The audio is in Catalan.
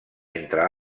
entre